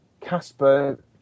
Casper